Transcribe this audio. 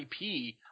IP